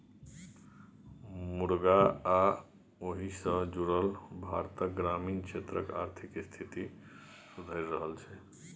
मुरगा आ ओहि सँ जुरल भारतक ग्रामीण क्षेत्रक आर्थिक स्थिति सुधरि रहल छै